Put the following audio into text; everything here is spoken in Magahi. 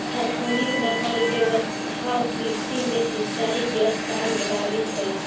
आधुनिक नहर व्यवस्था कृषि में सिंचाई के आसान बनावित हइ